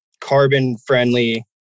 carbon-friendly